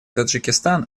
таджикистан